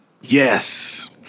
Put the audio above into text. Yes